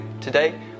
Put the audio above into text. today